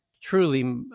truly